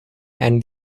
and